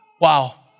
Wow